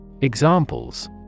Examples